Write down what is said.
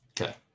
Okay